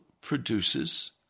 produces